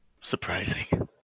Surprising